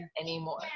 anymore